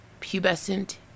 pubescent